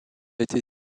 été